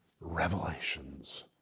revelations